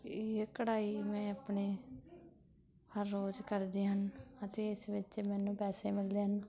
ਇਹ ਕਢਾਈ ਮੈਂ ਆਪਣੇ ਹਰ ਰੋਜ਼ ਕਰਦੇ ਹਨ ਅਤੇ ਇਸ ਵਿੱਚ ਮੈਨੂੰ ਪੈਸੇ ਮਿਲਦੇ ਹਨ